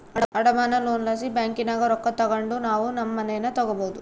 ಅಡಮಾನ ಲೋನ್ ಲಾಸಿ ಬ್ಯಾಂಕಿನಾಗ ರೊಕ್ಕ ತಗಂಡು ನಾವು ನಮ್ ಮನೇನ ತಗಬೋದು